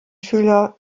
schüler